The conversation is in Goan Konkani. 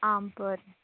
आं बरें